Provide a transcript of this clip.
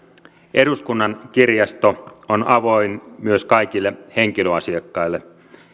eduskunnan kirjasto on avoin myös kaikille henkilöasiakkaille